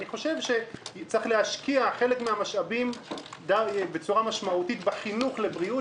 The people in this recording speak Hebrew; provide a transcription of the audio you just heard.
אני חושב שצריך להשקיע חלק מהמשאבים בצורה משמעותית בחינוך לבריאות,